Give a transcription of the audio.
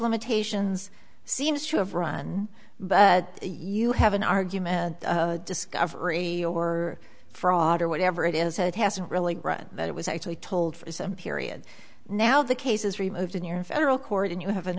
limitations seems to have run but you have an argument discovery or fraud or whatever it is how it hasn't really done that it was actually told for some period now the case is removed in your federal court and you have an